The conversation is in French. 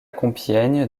compiègne